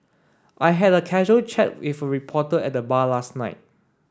I had a casual chat with reporter at bar last night